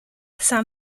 san